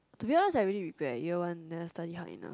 to be honest I really regret year one never study hard enough